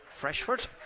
Freshford